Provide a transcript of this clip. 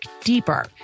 deeper